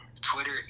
Twitter